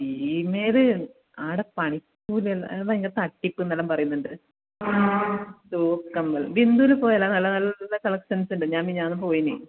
ഭീമയിൽ അവിടെ പണിക്കൂലി ഉള്ളത് തട്ടിപ്പ് എന്നെല്ലാം പറയുന്നുണ്ട് തൂക്കങ്ങൾ ബിന്ദുവിൽ പോയാൽ നല്ല നല്ല കളക്ഷൻസ് ഉണ്ട് ഞാൻ പിന്നെ മിനിഞ്ഞാന്ന് പോയന്